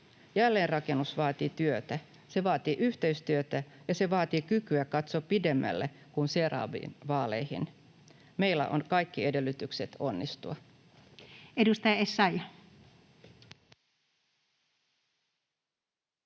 Jälleenrakennus vaatii työtä, se vaatii yhteistyötä, ja se vaatii kykyä katsoa pidemmälle kuin seuraaviin vaaleihin. Meillä on kaikki edellytykset onnistua.